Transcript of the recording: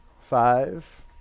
Five